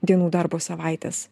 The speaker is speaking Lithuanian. dienų darbo savaitės